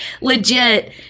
legit